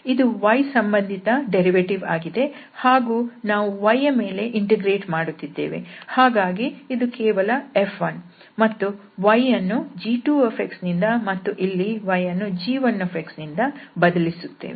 ಇದು y ಸಂಬಂಧಿತ ವ್ಯುತ್ಪನ್ನ ವಾಗಿದೆ ಹಾಗೂ ನಾವು y ಯ ಮೇಲೆ ಇಂಟಿಗ್ರೇಟ್ ಮಾಡುತ್ತಿದ್ದೇವೆ ಹಾಗಾಗಿ ಇದು ಕೇವಲ F1 ಮತ್ತು y ಯನ್ನು g2ನಿಂದ ಮತ್ತು ಇಲ್ಲಿ y ಯನ್ನು g1 ನಿಂದ ಬದಲಿಸುತ್ತೇವೆ